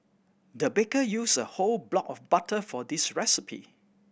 the baker used a whole block of butter for this recipe